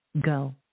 go